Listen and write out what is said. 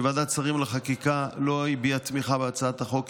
שוועדת שרים לחקיקה לא הביעה תמיכה בהצעת החוק,